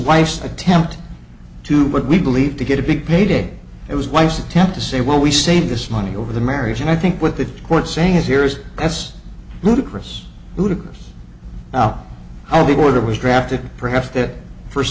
wife's attempt to what we believe to get a big payday it was wife's attempt to say well we saved this money over the marriage and i think what the court saying is here is that's ludicrous ludicrous now how the order was drafted perhaps that first